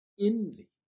envy